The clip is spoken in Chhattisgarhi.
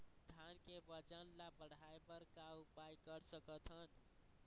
धान के वजन ला बढ़ाएं बर का उपाय कर सकथन?